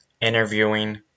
interviewing